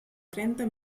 trenta